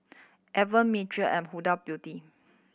Evian and Huda Beauty